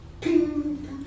Ping